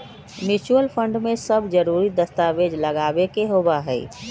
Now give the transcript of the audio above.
mutual fund में सब जरूरी दस्तावेज लगावे के होबा हई